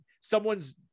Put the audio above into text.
someone's